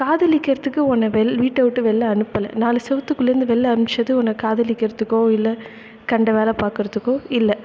காதலிக்கிறத்துக்கு உன்ன வெளி வீட்டை விட்டு வெளில அனுப்பலை நாலு செவத்துக்குள்ளேருந்து வெளில அனுப்பிச்சது உன்ன காதலிக்கிறத்துகோ இல்லை கண்ட வேலை பார்க்கறத்துகோ இல்லை